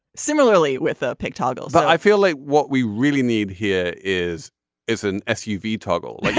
similarly with a pictorial so i feel like what we really need here is is an suv yeah toggle. but yeah